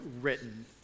written